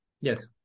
Yes